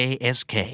ask